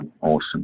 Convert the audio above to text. Awesome